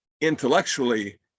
intellectually